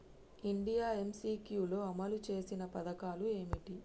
India MCQ లో అమలు చేసిన పథకాలు ఏమిటి?